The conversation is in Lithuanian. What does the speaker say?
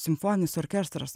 simfoninis orkestras